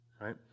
Right